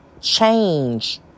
change